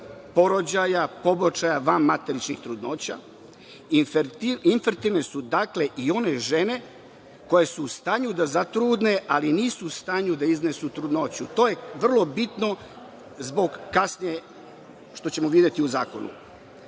porođaja, pobačaja, vanmateričnih trudnoća. Infertilne su, dakle, i one žene koje su u stanju da zatrudne, ali nisu u stanju da iznesu trudnoću. To je vrlo bitno za kasnije, što ćemo videti u